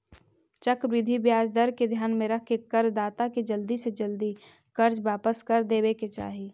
चक्रवृद्धि ब्याज दर के ध्यान में रखके करदाता के जल्दी से जल्दी कर्ज वापस कर देवे के चाही